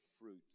fruit